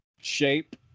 shape